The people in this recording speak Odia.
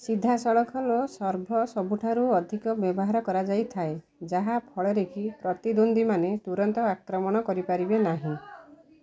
ସିଧାସଳଖ ଲୋ ସର୍ଭ ସବୁଠାରୁ ଅଧିକ ବ୍ୟବହାର କରାଯାଇଥାଏ ଯାହା ଫଳରେ କି ପ୍ରତିଦ୍ୱନ୍ଦ୍ୱୀମାନେ ତୁରନ୍ତ ଆକ୍ରମଣ କରିପାରିବେ ନାହିଁ